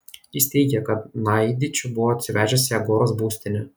jis teigė kad naidičių buvo atsivežęs į agoros būstinę